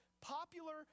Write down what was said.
popular